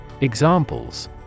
Examples